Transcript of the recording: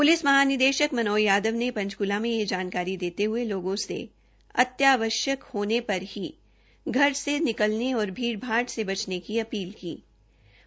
police महानिदेशक मनोज यादव ने पचंक्ला में यह जानकारी देते हये लोगों से अति आवश्यक होने पर ही घर से निकलने और भीड़ भाड़ से बचने की अपील की है